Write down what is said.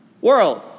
world